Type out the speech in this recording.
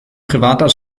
privater